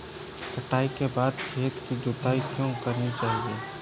कटाई के बाद खेत की जुताई क्यो करनी चाहिए?